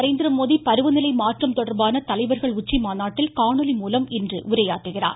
நரேந்திரமோதி பருவ நிலை மாற்றம் தொடர்பான தலைவர்கள் உச்சிமாநாட்டில் பிரதமர் காணொலி மூலம் இன்று உரையாற்றுகிறார்